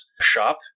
shop